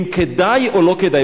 אם כדאי או לא כדאי,